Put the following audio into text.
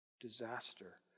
disaster